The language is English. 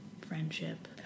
Friendship